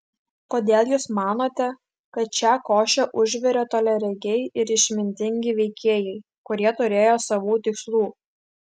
kodėl jūs manote kad šią košę užvirė toliaregiai ir išmintingi veikėjai kurie turėjo savų tikslų